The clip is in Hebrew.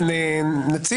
בגלל